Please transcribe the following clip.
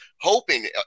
hoping